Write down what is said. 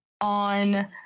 on